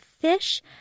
fish